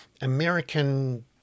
American